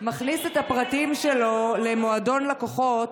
מכניס את הפרטים שלו למועדון לקוחות,